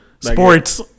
Sports